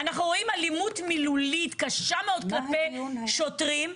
אנחנו רואים אלימות מילולית קשה מאוד כלפי שוטרים.